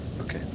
Okay